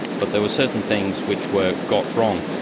but there were certain things which were got wrong.